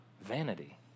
vanity